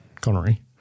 Connery